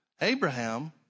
Abraham